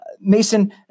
Mason